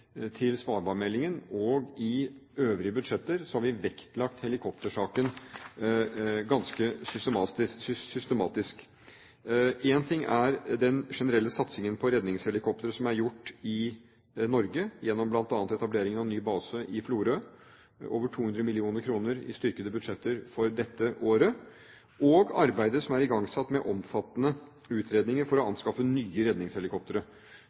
til svalbardmeldingen, og i øvrige budsjetter, har vi vektlagt helikoptersaken ganske systematisk. Én ting er den generelle satsingen på redningshelikoptre som er gjort i Norge gjennom bl.a. etableringen av ny base i Florø, over 200 mill. kr i styrkede budsjetter for dette året, og arbeidet som er igangsatt, med omfattende utredninger, for å anskaffe nye redningshelikoptre.